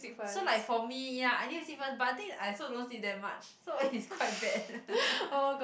so like for me ya I need to sleep first but the thing is I also don't sleep that much so it's quite bad